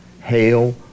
hail